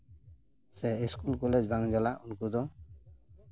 ᱥᱮ school college ᱵᱟᱝ ᱪᱟᱞᱟᱜ ᱩᱱᱠᱩ ᱫᱚ